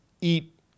eat